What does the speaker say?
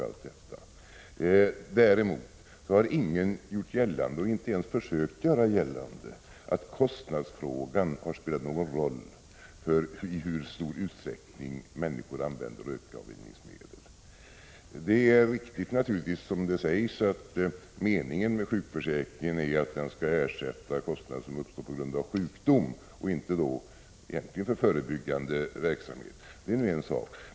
Däremot vill jag säga att ingen har gjort gällande eller ens försökt göra gällande att kostnadsfrågan har spelat någon roll för i hur stor utsträckning människor använder rökavvänjningsmedel. Det är naturligtvis riktigt att meningen med sjukförsäkringen är att den skall ersätta kostnader som uppstår på grund av sjukdom och egentligen inte tas i anspråk för förebyggande verksamhet. Det är nu en sak.